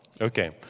Okay